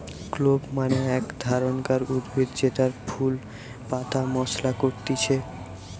clove মানে এক ধরণকার উদ্ভিদ জেতার ফুল পাতা মশলা করতিছে